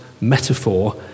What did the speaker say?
metaphor